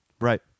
Right